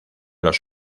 los